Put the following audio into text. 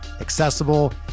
accessible